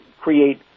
create